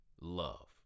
love